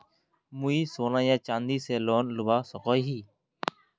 मुई सोना या चाँदी से लोन लुबा सकोहो ही?